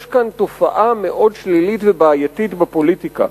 יש כאן תופעה מאוד שלילית ובעייתית בפוליטיקה.